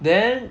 then